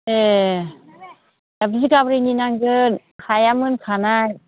ए बिघाब्रैनि नांगोन हाया मोनखानाय